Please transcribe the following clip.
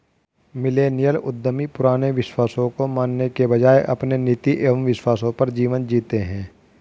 millennial उद्यमी पुराने विश्वासों को मानने के बजाय अपने नीति एंव विश्वासों पर जीवन जीते हैं